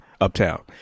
uptown